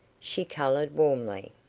she coloured warmly.